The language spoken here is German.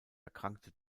erkrankte